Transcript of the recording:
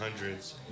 hundreds